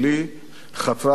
חתרה לאותה מטרה: